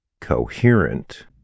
coherent